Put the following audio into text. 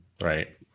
right